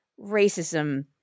racism